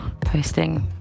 posting